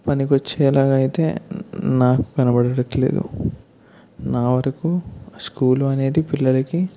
పనికొచ్చేలాగా అయితే నాకు కనబడట్లేదు నా వరకు స్కూలు అనేది పిల్లలకి